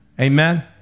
Amen